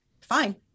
fine